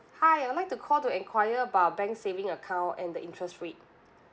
hi I would like to call to enquire about bank saving account and the interest rate